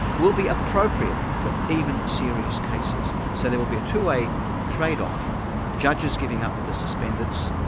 will be appropriate for even serious cases. so there will be a two-way trade-off judges giving up the suspendates,